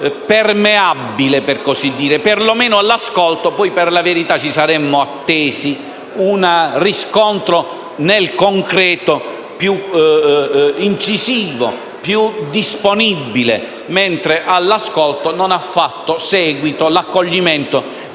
nel concreto più incisivo, più disponibile, perché all'ascolto non ha fatto seguito l'accoglimento